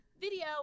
Video